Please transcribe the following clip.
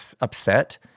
upset